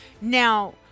Now